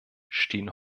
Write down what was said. stehen